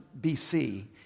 BC